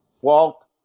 Walt